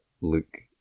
look